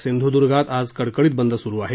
सिंधुदुर्गात आज कडकडीत बंद सुरु आहे